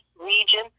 region